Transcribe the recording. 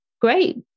great